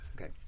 okay